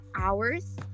hours